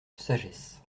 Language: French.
sagesse